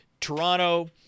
Toronto